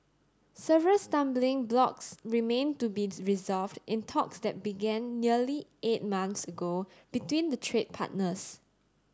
several stumbling blocks remain to be resolved in talks that began nearly eight months ago between the trade partners